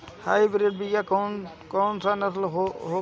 Hybrid बीया के कौन कौन नस्ल होखेला?